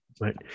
Right